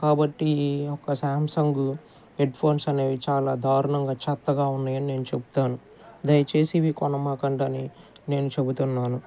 కాబట్టి ఈ యొక్క సాంసంగు హెడ్ఫోన్స్ అనేవి చాలా దారుణంగా చెత్తగా ఉన్నాయి అని నేను చెప్తాను దయచేసి ఇవి కొనమాకండి అని నేను చెబుతున్నాను